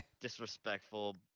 Disrespectful